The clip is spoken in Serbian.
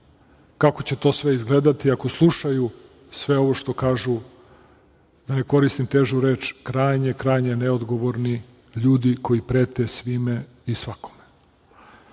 kako će to sve izgledati. Ako slušaju sve ovo što kažu, da ne koristim težu reč, krajnje, krajnje, neodgovorni ljudi koji prete svima i svakome. Hoću